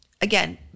again